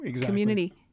Community